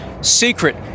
secret